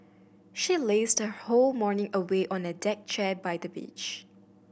she lazed her whole morning away on a deck chair by the beach